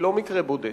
היא לא מקרה בודד,